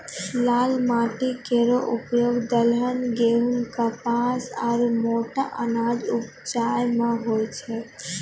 लाल माटी केरो उपयोग दलहन, गेंहू, कपास आरु मोटा अनाज उपजाय म होय छै